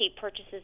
purchases